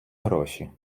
гроші